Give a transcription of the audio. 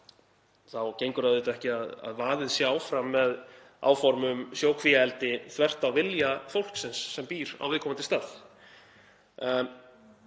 þá gengur auðvitað ekki að vaðið sé áfram með áform um sjókvíaeldi þvert á vilja fólksins sem býr á viðkomandi stað.